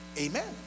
Amen